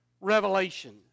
revelation